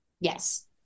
Yes